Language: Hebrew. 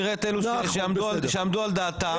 תראה את אלה שעמדו על דעתם,